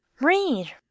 read